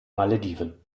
malediven